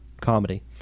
comedy